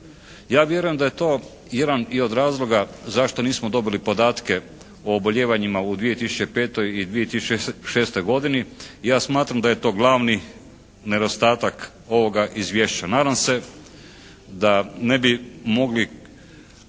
Ja vjerujem da je to jedan i od razloga zašto nismo dobili podatke o oboljevanjima u 2005. i 2006. godini. Ja smatram da je to glavni nedostatak ovoga izvješća. Nadam se da ne bi mogli